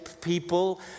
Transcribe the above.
people